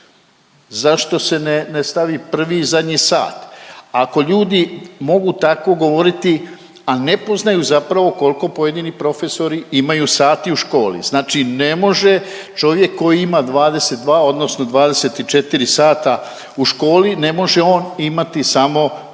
zašto se ne, ne stavi prvi i zadnji sat. Ako ljudi mogu tako govoriti, a ne poznaju zapravo kolko pojedini profesori imaju sati u školi, znači ne može čovjek koji ima 22 odnosno 24 sata u školi, ne može on imati samo prve